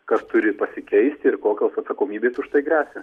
kas turi pasikeisti ir kokios atsakomybės už tai gresia